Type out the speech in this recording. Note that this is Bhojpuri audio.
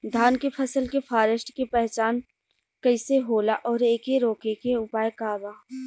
धान के फसल के फारेस्ट के पहचान कइसे होला और एके रोके के उपाय का बा?